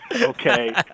Okay